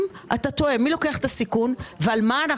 מי לוקח את הסיכון ועל מה?